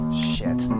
shit.